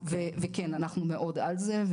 וכן, אנחנו מאוד על זה.